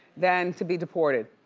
than to be deported.